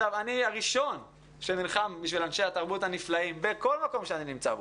אני הראשון שנלחם בשביל אנשי התרבות הנפלאים בכל מקום שאני נמצא בו,